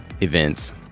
events